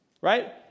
right